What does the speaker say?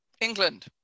england